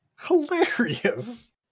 hilarious